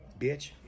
bitch